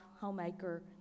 homemaker